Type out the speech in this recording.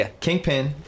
Kingpin